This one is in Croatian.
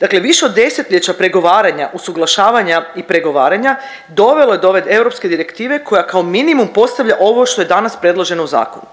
dakle više od 10-ljeća pregovaranja, usuglašavanja i pregovaranja dovelo je do ove europske direktive koja kao minimum postavlja ovo što je danas predloženo u zakonu.